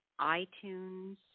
iTunes